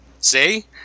See